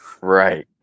Right